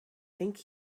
think